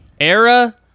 era